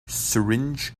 syringe